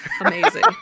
amazing